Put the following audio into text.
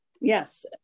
Yes